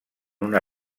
una